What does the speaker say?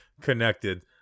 connected